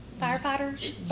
firefighters